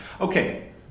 Okay